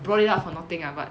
brought it up for nothing lah but